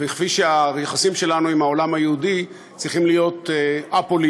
וכפי שהיחסים שלנו עם העולם היהודי צריכים להיות א-פוליטיים.